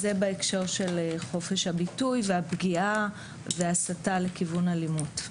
זה בהקשר של חופש הביטוי והפגיעה וההסתה לכיוון אלימות.